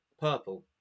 Purple